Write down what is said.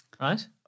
right